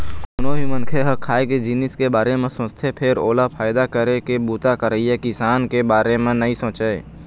कोनो भी मनखे ह खाए के जिनिस के बारे म सोचथे फेर ओला फायदा करे के बूता करइया किसान के बारे म नइ सोचय